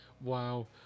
wow